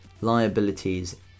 liabilities